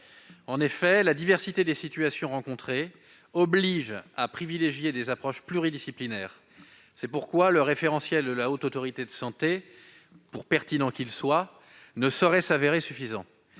En effet, la diversité des situations rencontrées oblige à privilégier des approches pluridisciplinaires. C'est pourquoi le référentiel de la Haute Autorité de Santé (HAS), pour pertinent qu'il soit, ne saurait s'avérer suffisant.